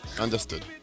Understood